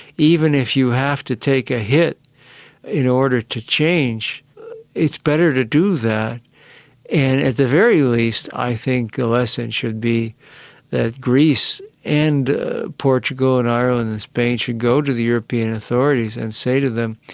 even if you have to take a hit in order to change it's better to do that. and at the very least i think the lesson should be that greece and portugal and ireland and spain should go to the european authorities and say to them,